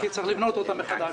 כי צריך לבנות אותם מחדש,